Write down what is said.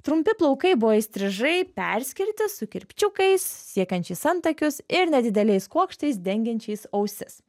trumpi plaukai buvo įstrižai perskirti su kirpčiukais siekiančiais antakius ir nedideliais kuokštais dengiančiais ausis